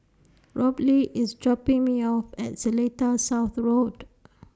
Robley IS dropping Me off At Seletar South Road